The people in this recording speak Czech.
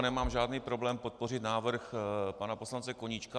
Nemám žádný problém podpořit návrh pana poslance Koníčka.